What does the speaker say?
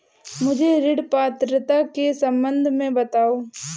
मुझे ऋण पात्रता के सम्बन्ध में बताओ?